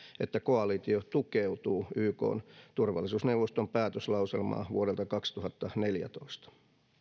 että koalitio tukeutuu ykn turvallisuusneuvoston päätöslauselmaan vuodelta kaksituhattaneljätoista